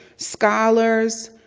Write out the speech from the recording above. scholars,